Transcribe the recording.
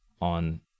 on